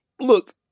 look